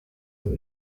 ubu